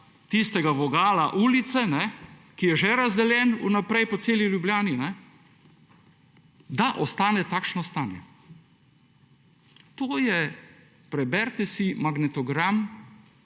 tistega vogala ulice, ki je že razdeljen vnaprej po celi Ljubljani, da ostane takšno stanje. To je, preberite si magnetogram